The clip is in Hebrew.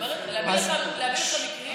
להגיד לך מקרים?